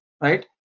right